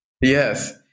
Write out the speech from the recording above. Yes